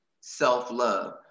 self-love